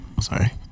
Sorry